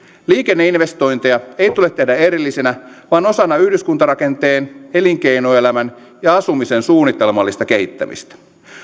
liikenneinvestointeja ei tule tehdä erillisinä vaan osana yhdyskun tarakenteen elinkeinoelämän ja asumisen suunnitelmallista kehittämistä